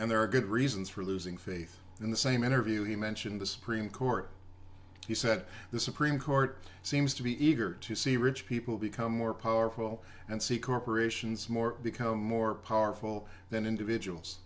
and there are good reasons for losing faith in the same interview he mentioned the supreme court he said the supreme court seems to be eager to see rich people become more powerful and see corporations more become more powerful than individuals